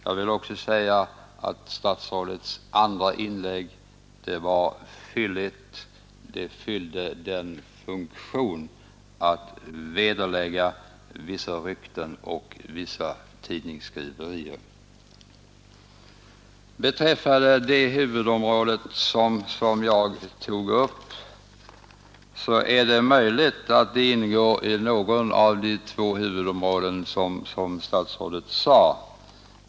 Jag vill också säga att statsrådets andra inlägg var fylligt. Det fyllde funktionen att vederlägga vissa rykten och tidningsskriverier. Beträffande det huvudområde som jag tog upp vill jag säga att det är möjligt att det ingår i något av de två huvudområden som statsrådet nämnde.